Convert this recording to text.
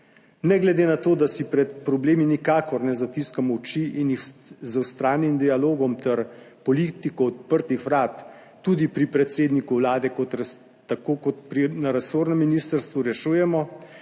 Ne glede na to, da si pred problemi nikakor ne zatiskamo oči in jih z vztrajnim dialogom ter politiko odprtih vrat tudi pri predsedniku Vlade tako kot na resornem ministrstvu rešujemo,